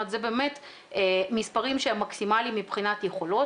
זה באמת מספרים שהם מקסימליים מבחינת יכולות.